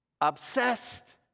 Obsessed